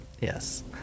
Yes